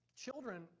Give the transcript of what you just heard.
Children